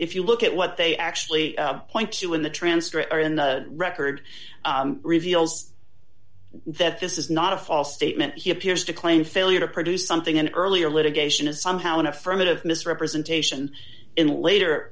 if you look at what they actually point to in the transcript or in the record reveals that this is not a false statement he appears to claim failure to produce something in earlier litigation is somehow an affirmative misrepresentation in later